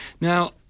Now